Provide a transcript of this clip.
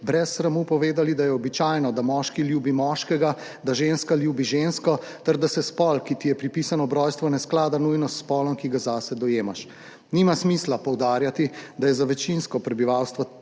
brez sramu povedali, da je običajno, da moški ljubi moškega, da ženska ljubi žensko ter da se spol, ki ti je pripisan ob rojstvu, ne sklada nujno s spolom, ki ga zase dojemaš. Nima smisla poudarjati, da za večinsko prebivalstvo